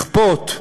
לכפות,